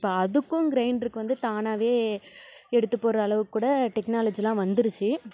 இப்போ அதுக்கும் க்ரைண்டருக்கு வந்து தானாகவே எடுத்து போடுற அளவுக்கு கூட டெக்னாலஜிலாம் வந்துடுச்சி